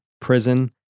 prison